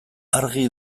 argi